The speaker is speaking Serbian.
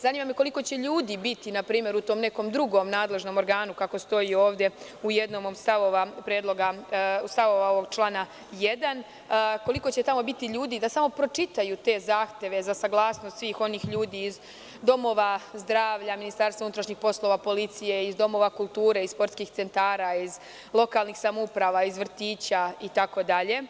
Zanima me, koliko će ljudi biti, na primer,u tom nekom drugom nadležnom organu, kako stoji ovde u jednom od stavova ovog člana 1, koliko će tamo biti ljudi, da samo pročitaju te zahteve za saglasnost svih onih ljudi ih domova zdravlja, Ministarstva unutrašnjih poslova, policije, iz domova kulture, iz sportskih centara, iz lokalnih samouprava, iz vrtića itd?